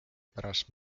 pärast